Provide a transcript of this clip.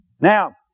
Now